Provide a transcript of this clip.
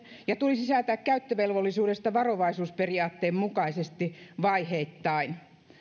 ja tulisi säätää käyttövelvollisuudesta varovaisuusperiaatteen mukaisesti vaiheittain